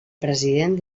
president